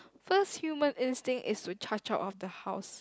first human instinct is to charge out of the house